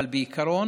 אבל בעיקרון